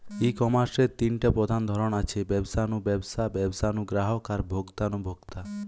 ই কমার্সের তিনটা প্রধান ধরন আছে, ব্যবসা নু ব্যবসা, ব্যবসা নু গ্রাহক আর ভোক্তা নু ভোক্তা